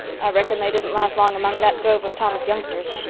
i reckon they didn't last long among that drove of thomas youngsters.